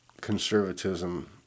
conservatism